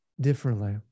differently